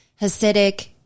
Hasidic